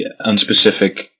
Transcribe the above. unspecific